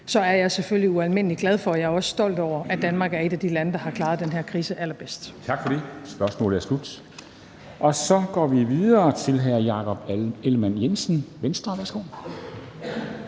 så er jeg selvfølgelig ualmindelig glad for, og jeg er også stolt over, at Danmark er et af de lande, der har klaret den her krise allerbedst. Kl. 13:32 Formanden (Henrik Dam Kristensen): Tak for det. Spørgsmålet er slut. Så går vi videre til hr. Jakob Ellemann-Jensen, Venstre. Værsgo.